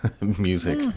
music